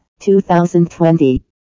2020